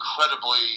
incredibly